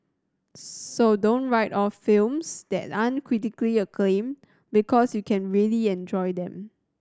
so don't write off films that aren't critically acclaimed because you can really enjoy them